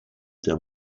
der